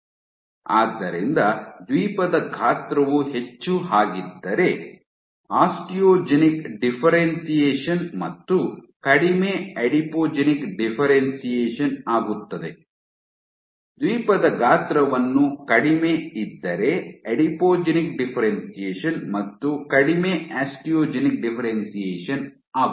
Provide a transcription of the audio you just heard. ಆದ್ದರಿಂದ ದ್ವೀಪದ ಗಾತ್ರವು ಹೆಚ್ಚು ಆಗಿದ್ದರೆ ಆಸ್ಟಿಯೋಜೆನಿಕ್ ಡಿಫ್ಫೆರೆನ್ಶಿಯೇಷನ್ ಮತ್ತು ಕಡಿಮೆ ಅಡಿಪೋಜೆನಿಕ್ ಡಿಫ್ಫೆರೆನ್ಶಿಯೇಷನ್ ಆಗುತ್ತದೆ ದ್ವೀಪದ ಗಾತ್ರವನ್ನು ಕಡಿಮೆಯಿದ್ದರೆ ಅಡಿಪೋಜೆನಿಕ್ ಡಿಫ್ಫೆರೆನ್ಶಿಯೇಷನ್ ಮತ್ತು ಕಡಿಮೆ ಆಸ್ಟಿಯೋಜೆನಿಕ್ ಡಿಫ್ಫೆರೆನ್ಶಿಯೇಷನ್ ಆಗುತ್ತದೆ